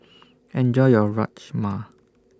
Enjoy your Rajma